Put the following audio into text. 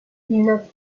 neuf